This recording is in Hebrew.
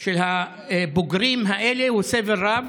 של הבוגרים האלה הוא סבל רב.